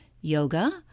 yoga